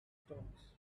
stones